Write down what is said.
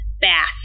bath